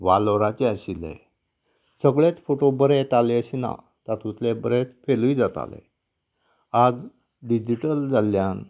वालोराचो आशिल्ले सगळेच फोटो बरें येताले अशे ना तातूंतलें बरेंच फेलूय जाताले आज डिजीटल जाल्यान